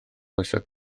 oesoedd